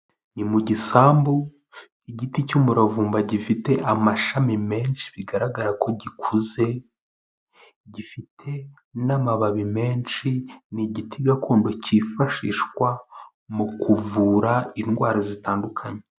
Ni mu gisambu, igiti cy'umuravumba gifite amashami menshi bigaragara ko gikuze gifite n'amababi menshi ni igiti gakondo kifashishwa mu kuvura indwara zitandukanye.